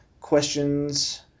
questions